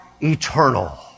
eternal